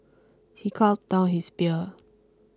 he gulped down his beer